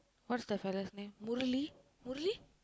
what's the fella's name Murali Murali